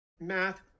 math